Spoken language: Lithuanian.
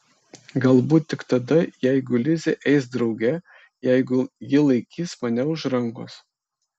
galbūt tik tada jeigu lizė eis drauge jeigu ji laikys mane už rankos